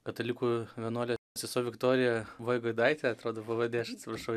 katalikų vienuolė sesuo viktorija vaigodaitė atrodo pavardė aš atsiprašau